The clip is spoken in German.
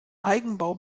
eigenbau